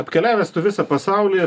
apkeliavęs tu visą pasaulį